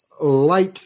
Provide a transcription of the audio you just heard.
light